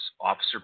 Officer